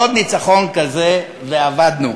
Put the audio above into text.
"עוד ניצחון כזה ואבדנו".